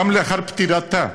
גם לאחר פטירתה,